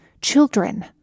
Children